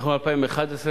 ואנחנו ב-2011.